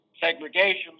segregation